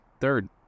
Third